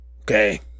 Okay